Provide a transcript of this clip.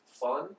fun